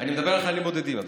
אני מדבר על חיילים בודדים.